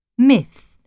Myth